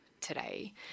today